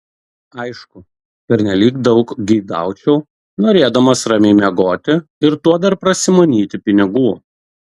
aišku pernelyg daug geidaučiau norėdamas ramiai miegoti ir tuo dar prasimanyti pinigų